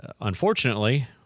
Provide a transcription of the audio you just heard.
Unfortunately